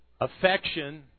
affection